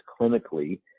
clinically